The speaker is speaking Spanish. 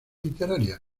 literarias